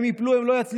הם ייפלו, הם לא יצליחו.